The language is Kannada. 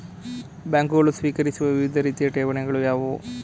ಬ್ಯಾಂಕುಗಳು ಸ್ವೀಕರಿಸುವ ವಿವಿಧ ರೀತಿಯ ಠೇವಣಿಗಳು ಯಾವುವು?